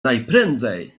najprędzej